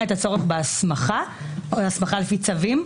את הצורך בהסמכה או הסמכה לפי צווים,